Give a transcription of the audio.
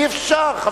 אי-אפשר.